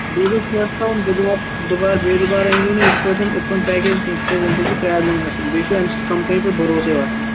بیٚیہِ گَژھِ یَتھ تام دُبارٕ دُبار بیٚیہِ دُبارٕ أنۍ زیٚو نہٕ یِتھٕ پٲٹھۍ اوٚپُن پیکیج کیٚنٛہہ تِکیٛازِ اَمہِ سۭتۍ چھِ پرٛابلِم گژھان بیٚیہِ چھُ اَمہِ سۭتۍ کمپٔنی پٮ۪ٹھ بھروٗسٕے وۅتھان